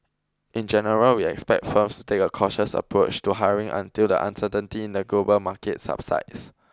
in general we expect firms to take a cautious approach to hiring until the uncertainty in the global market subsides